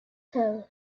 doe